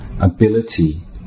ability